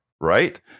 right